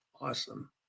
awesome